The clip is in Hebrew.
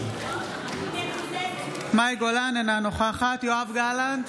גולן, אינה נוכחת יואב גלנט,